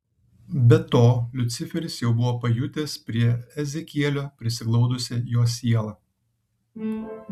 be to liuciferis jau buvo pajutęs prie ezekielio prisiglaudusią jos sielą